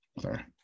sorry